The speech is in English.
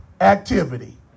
activity